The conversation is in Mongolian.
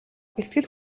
бэлтгэл